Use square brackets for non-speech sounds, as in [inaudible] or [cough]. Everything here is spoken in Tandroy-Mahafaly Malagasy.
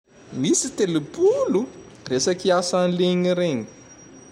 [noise] Misy telopolo! [noise] Resaky [noise] ansa an [noise] ligny regny. [noise]